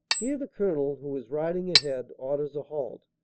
here the colonel, who is riding ahead, orders a halt,